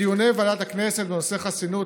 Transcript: בדיוני ועדת הכנסת בנושא חסינות,